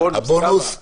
בונוס, כמה?